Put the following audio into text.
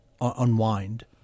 unwind